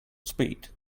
speed